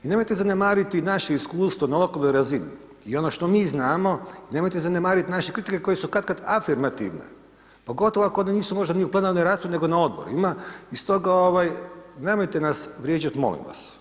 I nemojte zanemariti naše iskustvo na ovakvoj razini i ono što mi znamo i nemojte zanemarit naše kritike koje su kad kad afirmativne, pogotovo ako one nisu možda ni u plenarnoj raspravi nego na odborima i stoga ovaj nemojte nas vrijeđat molim vas.